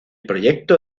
proyecto